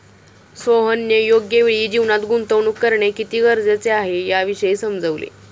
सोहनने योग्य वेळी जीवनात गुंतवणूक करणे किती गरजेचे आहे, याविषयी समजवले